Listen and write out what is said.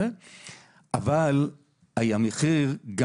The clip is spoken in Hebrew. אבל היה מחיר.